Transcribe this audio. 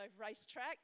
racetrack